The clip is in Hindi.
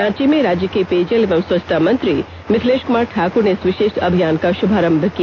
रांची में राज्य के पेयजल एवं स्वच्छता मंत्री मिथिलेष ठाक्र ने इस विषेष अभियान का शुभारंभ किया